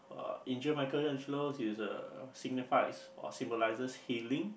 uh angel Michaelangelo uh signifies or symbolises healing